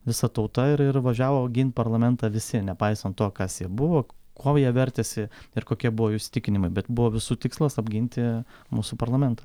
visa tauta ir ir važiavo gint parlamentą visi nepaisant to kas buvo kuom jie vertėsi ir kokie buvo jų įsitikinimai bet buvo visų tikslas apginti mūsų parlamentą